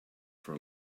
for